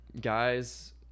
guys